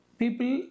people